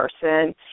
person